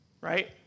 right